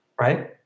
right